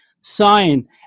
sign